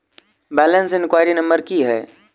Balance enquiry number की है?